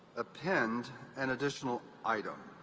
append an additional item.